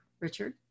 Richard